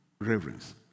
reverence